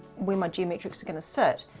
where my geometric's gonna sit,